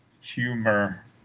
humor